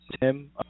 Tim